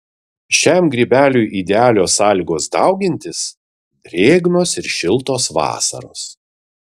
šiam grybeliui idealios sąlygos daugintis drėgnos ir šiltos vasaros